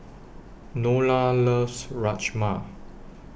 Nola loves Rajma